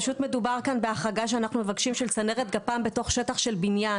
פשוט מדובר כאן בהחרגה שאנחנו מבקשים של צנרת גפ"מ בתוך שטח של בניין.